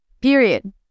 period